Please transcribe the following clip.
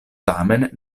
tamen